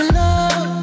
love